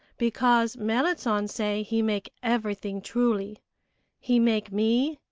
because merrit san say he make everything truly he make me,